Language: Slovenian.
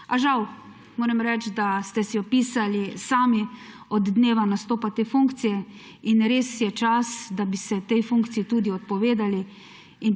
žal, moram reči, da ste si jo pisali sami od dneva nastopa te funkcije, in res je čas, da bi se tej funkciji tudi odpovedali